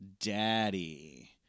daddy